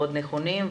מאוד נכונים,